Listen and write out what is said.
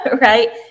right